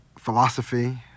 philosophy